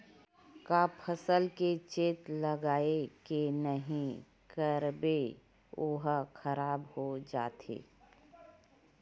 का फसल के चेत लगय के नहीं करबे ओहा खराब हो जाथे?